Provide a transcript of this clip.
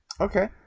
Okay